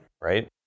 Right